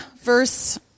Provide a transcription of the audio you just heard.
verse